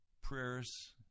prayers